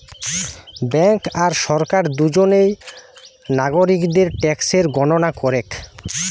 bank আর সরকার দুজনেই নাগরিকদের ট্যাক্সের গণনা করেক